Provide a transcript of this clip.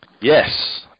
Yes